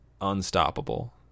unstoppable